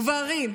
גברים,